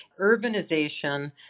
urbanization